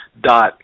dot